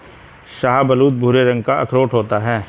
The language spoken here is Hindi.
शाहबलूत भूरे लाल रंग का अखरोट होता है